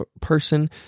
person